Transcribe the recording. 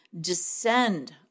descend